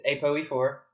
APOE4